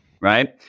Right